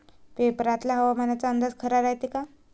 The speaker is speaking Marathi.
पेपरातला हवामान अंदाज खरा रायते का?